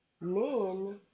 men